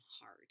hard